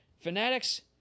Fanatics